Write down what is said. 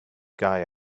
guy